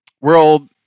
World